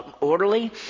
orderly